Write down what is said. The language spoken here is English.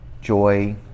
joy